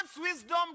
wisdom